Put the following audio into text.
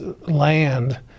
land